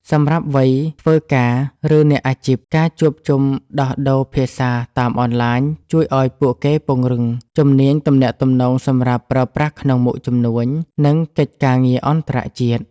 សម្រាប់វ័យធ្វើការ ឬអ្នកអាជីព ការជួបជុំដោះដូរភាសាតាមអនឡាញជួយឱ្យពួកគេពង្រឹងជំនាញទំនាក់ទំនងសម្រាប់ប្រើប្រាស់ក្នុងមុខជំនួញ និងកិច្ចការងារអន្តរជាតិ។